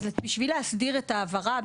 בשביל להסדיר את ההעברה,